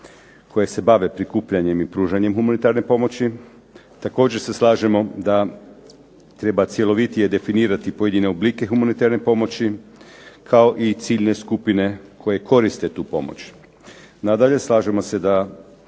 koje se bave prikupljanjem i pružanjem humanitarne pomoći. Također se slažemo da treba cjelovitije definirati pojedine oblike humanitarne pomoći kao i ciljne skupine koje koriste tu pomoć. Nadalje, slažemo se da